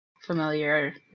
familiar